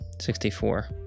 Sixty-four